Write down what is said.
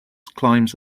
climbs